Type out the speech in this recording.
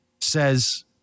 says